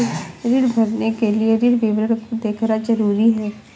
ऋण भरने के लिए ऋण विवरण को देखना ज़रूरी है